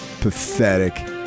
pathetic